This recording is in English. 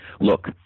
Look